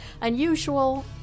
unusual